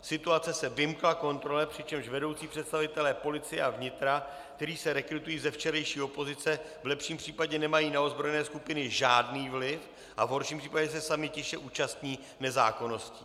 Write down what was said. Situace se vymkla kontrole, přičemž vedoucí představitelé policie a vnitra, kteří se rekrutují ze včerejší opozice, v lepším případě nemají na ozbrojené skupiny žádný vliv a v horším případě se sami tiše účastní nezákonností.